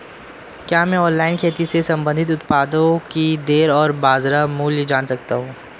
क्या मैं ऑनलाइन खेती से संबंधित उत्पादों की दरें और बाज़ार मूल्य जान सकता हूँ?